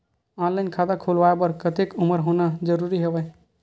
Online खाता खुलवाय बर कतेक उमर होना जरूरी हवय?